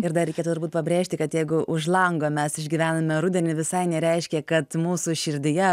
ir dar reikėtų turbūt pabrėžti kad jeigu už lango mes išgyvename rudenį visai nereiškia kad mūsų širdyje